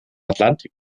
atlantik